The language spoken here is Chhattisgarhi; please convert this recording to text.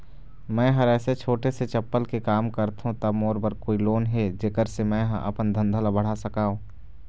मैं हर ऐसे छोटे से चप्पल के काम करथों ता मोर बर कोई लोन हे जेकर से मैं हा अपन धंधा ला बढ़ा सकाओ?